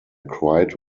cried